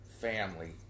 family